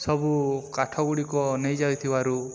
ସବୁ କାଠ ଗୁଡ଼ିକ ନେଇ ଯାଇଥିବାରୁ